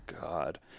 god